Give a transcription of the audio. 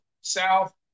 south